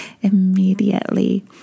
immediately